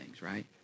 right